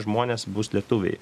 žmonės bus lietuviai